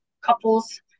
couples